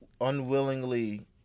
unwillingly